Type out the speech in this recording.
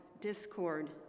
discord